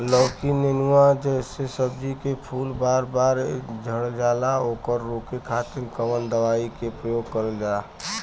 लौकी नेनुआ जैसे सब्जी के फूल बार बार झड़जाला ओकरा रोके खातीर कवन दवाई के प्रयोग करल जा?